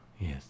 yes